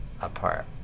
apart